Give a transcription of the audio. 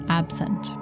absent